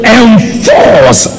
enforce